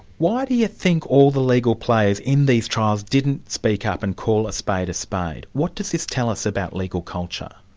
why do you think all the legal players in these trials didn't speak up and call a spade a spade? what does this tell us about legal culture?